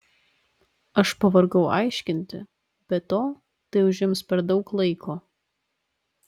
aš pavargau aiškinti be to tai užims per daug laiko